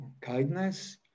kindness